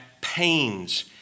pains